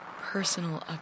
personal